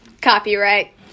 copyright